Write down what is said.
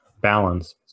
balance